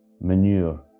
Manure